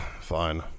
Fine